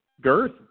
girth